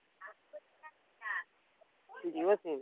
Jio sim